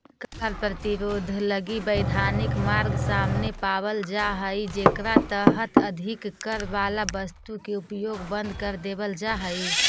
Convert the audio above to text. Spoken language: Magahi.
कर प्रतिरोध लगी वैधानिक मार्ग सामने पावल जा हई जेकरा तहत अधिक कर वाला वस्तु के उपयोग बंद कर देवल जा हई